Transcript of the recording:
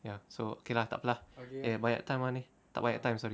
ya so okay lah takpe lah eh banyak time ah ni tak banyak time sorry